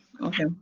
okay